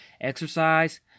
exercise